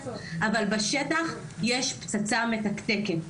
אבל בשטח יש פצצה מתקתקת.